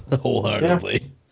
wholeheartedly